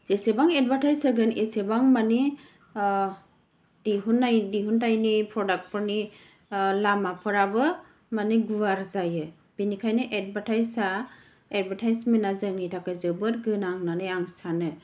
जेसेबां एदभार्टाइस होगोन एसेबां माने दिहुन्थाइनि प्रदाक्टफोरनि लामाफोराबो माने गुवार जायो बेनिखायनो एदभार्टाइसमेनआ जोंनि थाखाय जोबोद गोनां होननानै आं सानो